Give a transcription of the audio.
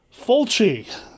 Fulci